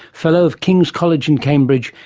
fellow of king's college in cambridge,